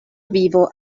vivo